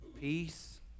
peace